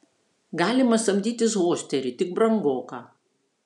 galima samdytis hosterį tik brangoka